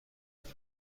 بدیم